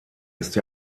ist